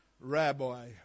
Rabbi